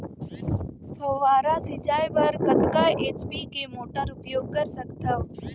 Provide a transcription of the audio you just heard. फव्वारा सिंचाई बर कतका एच.पी के मोटर उपयोग कर सकथव?